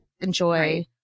enjoy